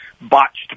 botched